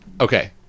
Okay